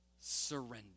surrender